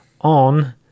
on